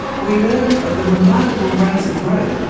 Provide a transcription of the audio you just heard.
we learned of the remarkable rates of growth,